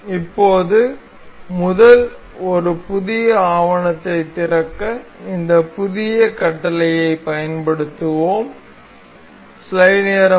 இப்போது இப்போது முதல் ஒரு புதிய ஆவணத்தைத் திறக்க இந்த புதிய கட்டளையைப் பயன்படுத்துகிறோம்